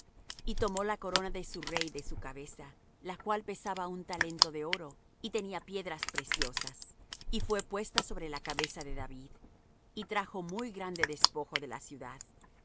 y tomó la corona de su rey de su cabeza la cual pesaba un talento de oro y tenía piedras preciosas y fué puesta sobre la cabeza de david y trajo muy grande despojo de la ciudad